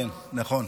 נכון.